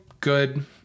good